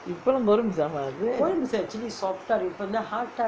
இப்போ லாம்:ippo laam goreng pisang இப்போ லாம்:ippo laam ah அது:athu